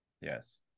Yes